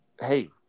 hey